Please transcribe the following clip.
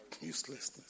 Uselessness